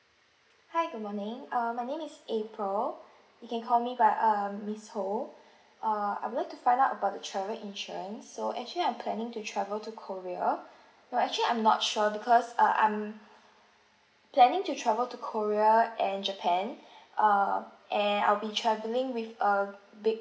hi good morning uh my name is april you can call me by err miss ho err I would like to find out about the travel insurance so actually I'm planning to travel to korea no actually I'm not sure because uh I'm planning to travel to korea and japan err and I'll be travelling with a big